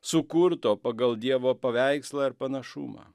sukurto pagal dievo paveikslą ir panašumą